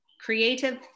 creative